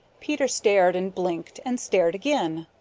peter stared and blinked and stared again,